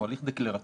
הוא הליך דקלרטיבי.